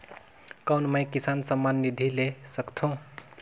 कौन मै किसान सम्मान निधि ले सकथौं?